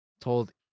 told